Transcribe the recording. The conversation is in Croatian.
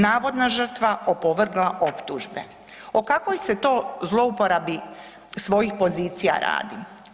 Navodna žrtva opovrgla optužbe.“ O kakvoj se to zlouporabi svojih pozicija radi?